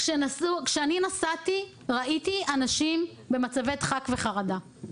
כשאני נסעתי ראיתי אנשים במצבי דחק וחרדה.